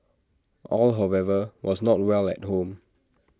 all however was not well at home